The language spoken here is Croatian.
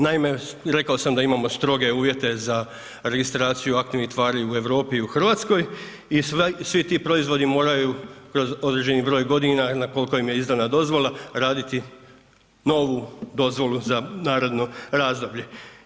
Naime, rekao sam da imamo stroge uvjete za registraciju aktivnih tvari u Europi i u RH i svi ti proizvodi moraju kroz određeni broj godina na kolko im je izdana dozvola raditi novu dozvolu za naredno razdoblje.